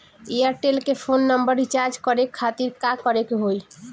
Airtel के phone number recharge करे के खातिर का करे के होई?